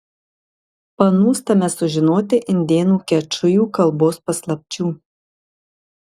panūstame sužinoti indėnų kečujų kalbos paslapčių